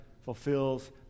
fulfills